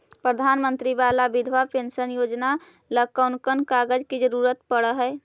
प्रधानमंत्री बाला बिधवा पेंसन योजना ल कोन कोन कागज के जरुरत पड़ है?